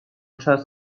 czas